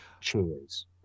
Cheers